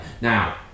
now